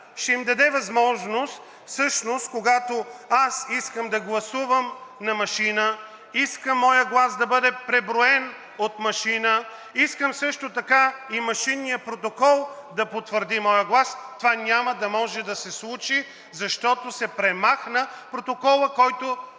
ще им даде възможност, когато аз искам да гласувам на машина, искам моят глас да бъде преброен от машина, искам също така и машинния протокол да потвърди моя глас, това няма да може да се случи, защото се премахна протоколът, който